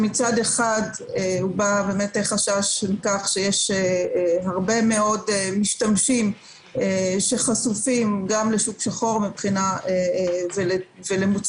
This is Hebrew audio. מצד אחד הובע חשש לכך שיש הרבה משתמשים שחשופים לשוק שחור ולמוצרים